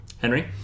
Henry